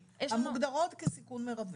המוגדרות כסיכון מרבי.